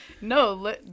No